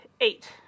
Eight